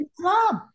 club